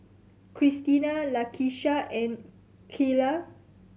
Cristina Lakisha and Kyla